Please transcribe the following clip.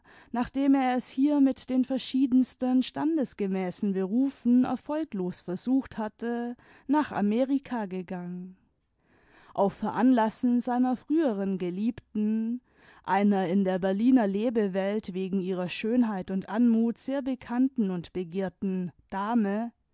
nachdem er es hier mit den verschiedensten standesgemäßen berufen erfolglos versucht hatte nach amerika gegangen auf veranlassen seiner früheren geliebten einer in der berliner lebewelt wegen ihrer schönheit und anmut sehr bekannten und begehrten dame